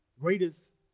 Greatest